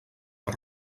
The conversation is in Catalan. per